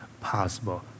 possible